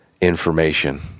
information